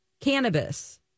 cannabis